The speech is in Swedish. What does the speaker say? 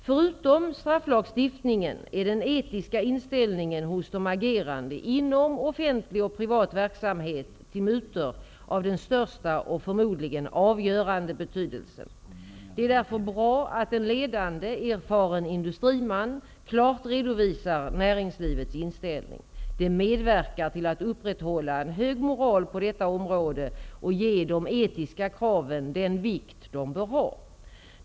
Förutom strafflagstiftningen är den etiska inställningen till mutor hos de agerande inom offentlig och privat verksamhet av den största och förmodligen avgörande betydelsen. Det är därför bra att en ledande erfaren industriman klart redovisar näringslivets inställning. Det medverkar till att upprätthålla en hög moral på detta område och ge de etiska kraven den vikt de bör ha.